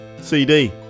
CD